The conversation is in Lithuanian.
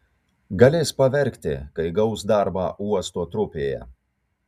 galės paverkti kai gaus darbą uosto trupėje